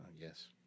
Yes